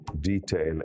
detail